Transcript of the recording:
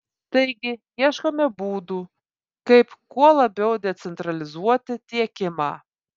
taigi ieškome būdų kaip kuo labiau decentralizuoti tiekimą